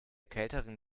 kälteren